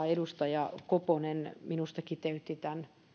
edustaja koponen minusta kiteytti tämän